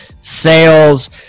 sales